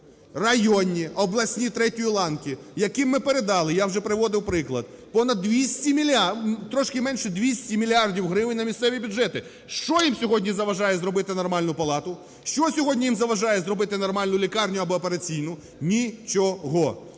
районні, обласні третьої ланки, яким ми передали, я вже приводив приклад, понад 200 … трошки менше 200 мільярдів гривень на місцеві бюджети. Що їм сьогодні заважає зробити нормальну палату, що сьогодні їм заважає зробити нормальну лікарню або операційну? Ні-чо-го!